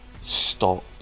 Stop